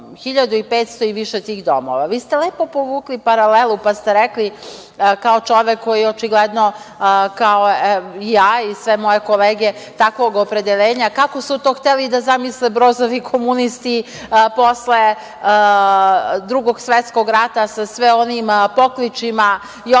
1500 i više tih domova. Vi ste lepo povukli paralelu kada ste rekli kao čovek koji je očigledno, kao ja i sve moje kolege, takvog opredelenja, kako su to hteli da zamisle Brozovi komunisti posle Drugog svetskog rata, sa sve onim pokličima Josipu